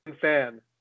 fan